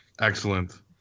Excellent